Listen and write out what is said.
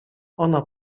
ona